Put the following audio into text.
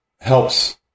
helps